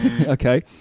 Okay